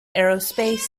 aerospace